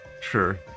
sure